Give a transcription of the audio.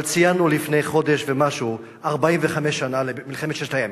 אבל ציינו לפני חודש ומשהו 45 שנה למלחמת ששת הימים.